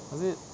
was it